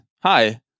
hi